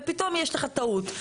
ייבאת ופתאום יש לך טעות.